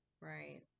Right